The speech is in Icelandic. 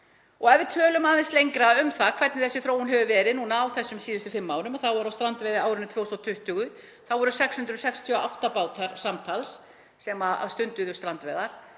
Ef við tölum aðeins lengur um það hvernig þessi þróun hefur verið á þessum síðustu fimm árum þá voru á strandveiðiárinu 2020 668 bátar samtals sem stunduðu strandveiðar.